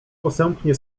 posępnie